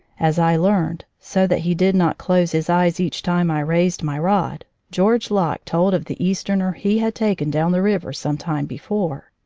as i learned, so that he did not close his eyes each time i raised my rod, george locke told of the easterner he had taken down the river some time before.